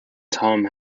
tom